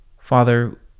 Father